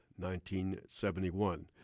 1971